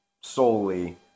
solely